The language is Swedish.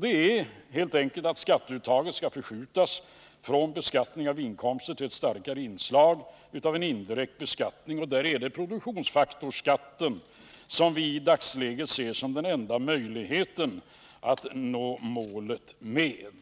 Det är helt enkelt att skatteuttaget skall förskjutas från beskattning av hushållens inkomster till ett starkare inslag av en indirekt beskattning. Därför är det produktionsfaktorsskatten som vi i dagens läge ser som den enda möjligheten att nå målet med.